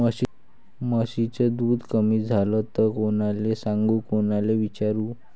म्हशीचं दूध कमी झालं त कोनाले सांगू कोनाले विचारू?